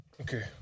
okay